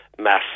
mass